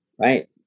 right